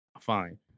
Fine